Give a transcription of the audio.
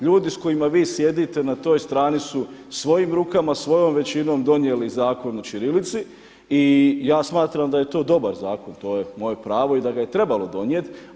Ljudi s kojima vi sjedite na toj strani su svojim rukama, svojom većinom donijeli Zakon o ćirilici i ja smatram da je to dobar zakona, to je moje pravo i da ga je trebalo donijeti.